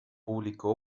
publicó